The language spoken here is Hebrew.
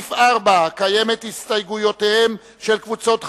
לסעיף 4 קיימת הסתייגות של קבוצות חד"ש,